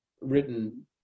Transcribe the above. written